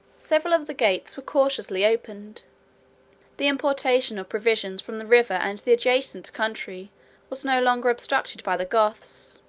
several of the gates were cautiously opened the importation of provisions from the river and the adjacent country was no longer obstructed by the goths